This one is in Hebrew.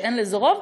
שאין לזה רוב,